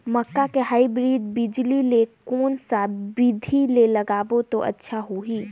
मक्का के हाईब्रिड बिजली ल कोन सा बिधी ले लगाबो त अच्छा होहि?